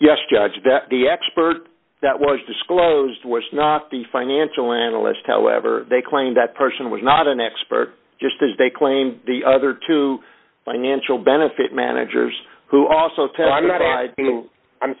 yes judge that the expert that was disclosed was not the financial analyst however they claimed that person was not an expert just as they claimed the other two financial benefit managers who also tell i'm not i'm